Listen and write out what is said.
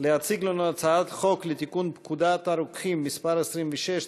להציג לנו הצעת חוק לתיקון פקודת הרוקחים (מס' 26),